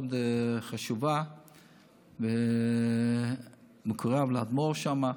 מאוד חשובה, מקורב לאדמו"ר שם.